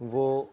وہ